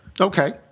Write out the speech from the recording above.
Okay